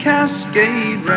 Cascade